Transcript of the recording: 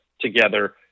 together